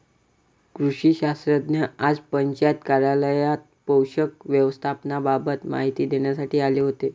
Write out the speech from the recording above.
कृषी शास्त्रज्ञ आज पंचायत कार्यालयात पोषक व्यवस्थापनाबाबत माहिती देण्यासाठी आले होते